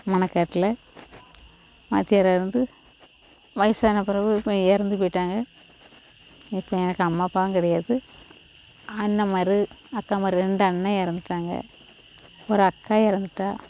மணகாட்டில் வாத்தியாராக இருந்து வயதான பிறவு இறந்து போய்விட்டாங்க இப்போ எனக்கு அம்மா அப்பாவும் கிடையாது அண்ணாமார் அக்காமார் ரெண்டு அண்ணன் இறந்துட்டாங்க ஒரு அக்கா இறந்துட்டா